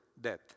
death